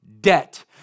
debt